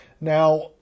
Now